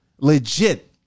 legit